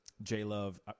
J-Love